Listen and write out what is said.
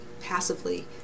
passively